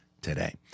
today